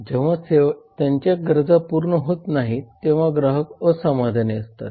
जेव्हा त्यांच्या गरजा पूर्ण होत नाहीत तेव्हा ग्राहक असमाधानी असतात